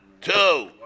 two